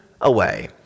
away